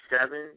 seven